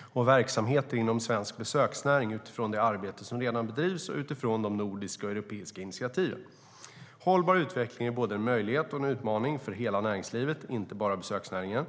och verksamheter inom svensk besöksnäring utifrån det arbete som redan bedrivs och utifrån de nordiska och europeiska initiativen. Hållbar utveckling är både en möjlighet och en utmaning för hela näringslivet, inte bara besöksnäringen.